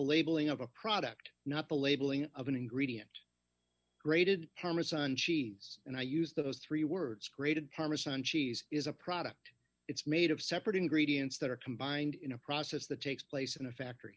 labeling of a product not the labeling of an ingredient grated parmesan cheese and i use those three words grated parmesan cheese is a product it's made of separate ingredients that are combined in a process that takes place in a factory